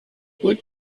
what